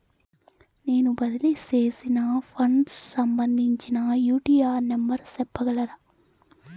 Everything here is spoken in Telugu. నేను బదిలీ సేసిన ఫండ్స్ సంబంధించిన యూ.టీ.ఆర్ నెంబర్ సెప్పగలరా